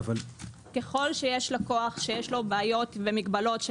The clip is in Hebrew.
ככל שיש לקוח שיש לו בעיות ומגבלות,